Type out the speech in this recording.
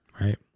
Right